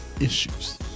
issues